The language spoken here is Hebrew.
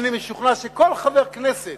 אני משוכנע שכל חבר כנסת